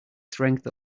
strength